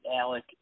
Alec